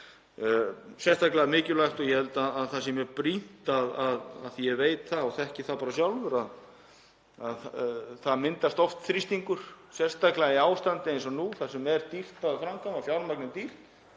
sérstaklega mikilvægt og ég held að það sé mjög brýnt, af því ég veit það og þekki það bara sjálfur að það myndast oft þrýstingur, sérstaklega í ástandi eins og nú þar sem er dýrt að framkvæma og fjármagnið dýrt,